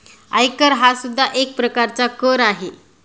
आयकर हा सुद्धा एक प्रकारचा कर आहे